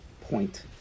point